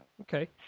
Okay